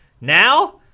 Now